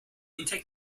intake